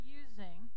using